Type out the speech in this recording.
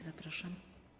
Zapraszam.